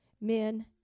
Men